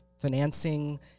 financing